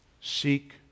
seek